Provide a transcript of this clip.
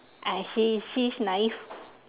I say she is naive